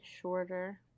shorter